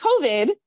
COVID